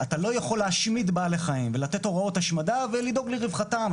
אתה לא יכול להשמיד בעלי חיים ולתת הוראות השמדה ולדאוג לרווחתם.